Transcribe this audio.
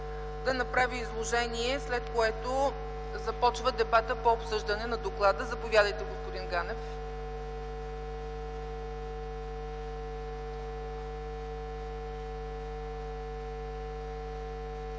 да направи изложение, след което започва дебатът по обсъждане на доклада. Заповядайте, господин Ганев.